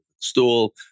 stool